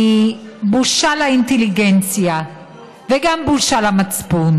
היא בושה לאינטליגנציה וגם בושה למצפון,